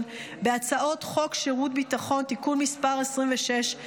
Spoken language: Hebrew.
בהצעות חוק שירות ביטחון (תיקון מס' 26),